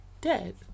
dead